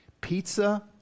Pizza